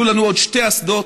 יהיו לנו עוד שתי אסדות: